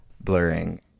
blurring